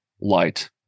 light